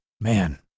Man